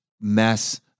mess